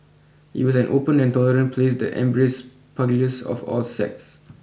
it was an open and tolerant place that embraced pugilists of all sects